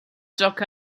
joke